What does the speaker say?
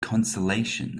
consolation